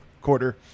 quarter